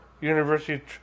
University